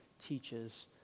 teaches